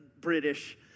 British